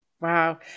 Wow